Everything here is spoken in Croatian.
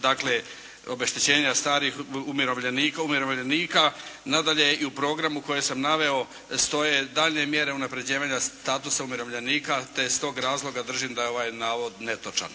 dakle, obeštećenja starih, umirovljenika, umirovljenika. Nadalje i u programu koje sam naveo stoje daljnje mjere unaprjeđivanja statusa umirovljenika. Te s tog razloga držim da je ovaj navod netočan.